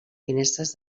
finestres